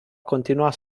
continua